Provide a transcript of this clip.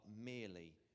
merely